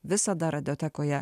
visada radiotekoje